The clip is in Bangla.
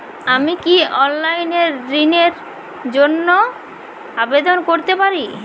আমি কি অনলাইন এ ঋণ র জন্য আবেদন করতে পারি?